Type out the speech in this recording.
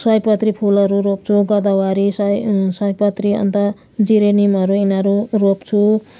सयपत्री फुलहरू रोप्छु गदावरी सय सयपत्री अन्त जिरेनिमहरू यिनीहरू रोप्छु